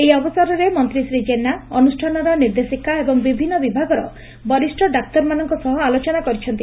ଏହି ଅବସରରେ ମନ୍ତୀ ଶ୍ରୀ ଜେନା ଅନୁଷ୍ଠାନର ନିର୍ଦ୍ଦେଶିକା ଏବଂ ବିଭିନ୍ନ ବିଭାଗର ବରିଷ୍ ଡାକ୍ତରମାନଙ୍କ ସହ ଆଲୋଚନା କରିଥିଲେ